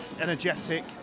energetic